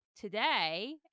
today